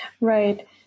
right